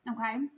Okay